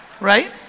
Right